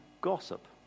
gossip